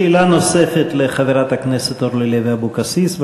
שאלה נוספת לחברת הכנסת אורלי לוי אבקסיס.